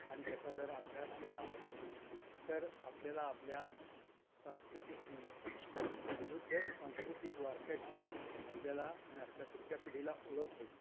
आणि त्याचा जर अभ्यास केला तर आपल्याला आपल्या संस्कृतीची आपल्या समृद्ध सांस्कृतिक वारशाची आपल्याला आणि आपल्या पुढच्या पिढीला ओळख होईल